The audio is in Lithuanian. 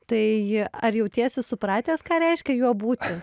tai ar jautiesi supratęs ką reiškia juo būti